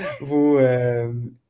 Vous